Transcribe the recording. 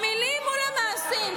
המילים מול המעשים.